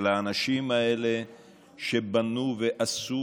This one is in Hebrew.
של האנשים האלה שבנו ועשו,